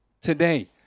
today